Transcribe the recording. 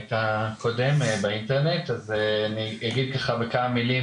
אני אגיד בכמה מילים,